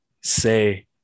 say